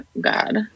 God